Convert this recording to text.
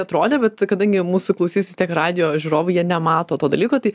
atrodė bet kadangi mūsų klausys vis tiek radijo žiūrovai jie nemato to dalyko tai